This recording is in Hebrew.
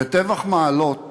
בטבח מעלות